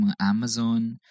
Amazon